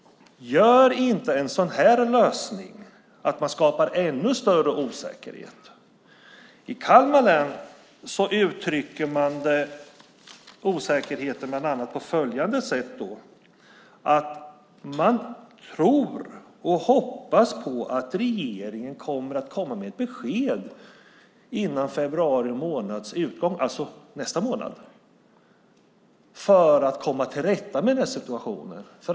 Gör inte en sådan här lösning att man skapar ännu större osäkerhet? I Kalmar län uttrycker man osäkerheten bland annat på så vis att man tror och hoppas att regeringen kommer med ett besked före februari månads utgång - alltså nästa månad - för att komma till rätta med situationen.